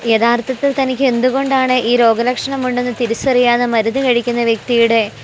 യഥാർത്ഥത്തിൽ തനിക്ക് എന്തു കൊണ്ടാണ് ഈ രോഗ ലക്ഷണമുണ്ടെന്ന് തിരിച്ചറിയാതെ മരുന്ന് കഴിക്കുന്ന വ്യക്തിയുടെ